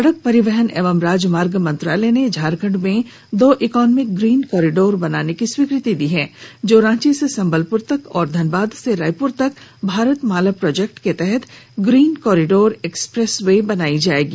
सड़क परिवहन एवं राजमार्ग मंत्रालय ने झारखंड में दो इकोनॉमिक ग्रीन कॉरिडोर बनाने की स्वीकृति दी है जो रांची से संबलपुर तक और धनबाद से रायपुर तक भारतमाला प्रोजेक्ट के तहत ग्रीन कॉरिडोर एक्सप्रेस वे बनायी जायेगी